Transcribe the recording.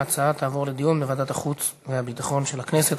ההצעות תעבורנה לדיון בוועדת החוץ והביטחון של הכנסת.